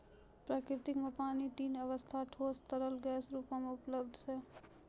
प्रकृति म पानी तीन अबस्था ठोस, तरल, गैस रूपो म उपलब्ध छै